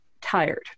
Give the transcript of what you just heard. tired